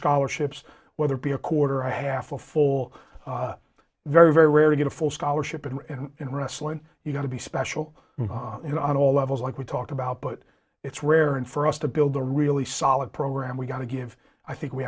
scholarships whether it be a quarter or half a full very very rarely get a full scholarship and in wrestling you got to be special you know on all levels like we talked about but it's rare and for us to build a really solid program we got to give i think we